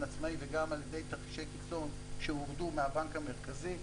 עצמאי וגם על ידי תרחישי קיצון שהורדו מהבנק המרכזי.